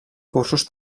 cursos